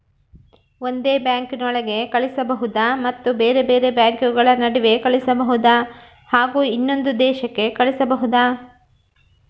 ಒಂದೇ ಬ್ಯಾಂಕಿನೊಳಗೆ ಕಳಿಸಬಹುದಾ ಮತ್ತು ಬೇರೆ ಬೇರೆ ಬ್ಯಾಂಕುಗಳ ನಡುವೆ ಕಳಿಸಬಹುದಾ ಹಾಗೂ ಇನ್ನೊಂದು ದೇಶಕ್ಕೆ ಕಳಿಸಬಹುದಾ?